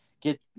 get